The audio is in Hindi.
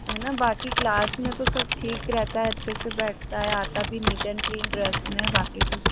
है ना बाकी क्लास में तो सब ठीक रहता है अच्छे से बैठता है आता भी नीट एण्ड क्लीन ड्रेस में है बाकी तो